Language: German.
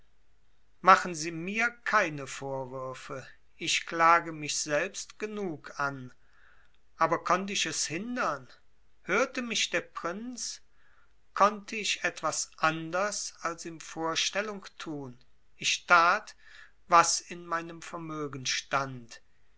machen sie mir keine vorwürfe ich klage mich selbst genug an aber konnt ich es hindern hörte mich der prinz konnte ich etwas anders als ihm vorstellung tun ich tat was in meinem vermögen stand